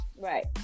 Right